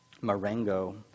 Marengo